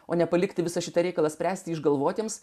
o ne palikti visą šitą reikalą spręsti išgalvotiems